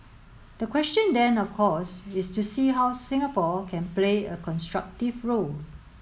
the question then of course is to see how Singapore can play a constructive role